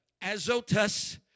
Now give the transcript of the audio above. Azotus